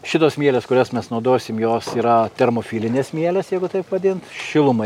šitos mielės kurias mes naudosim jos yra termofilinės mielės jeigu taip vadinti šilumai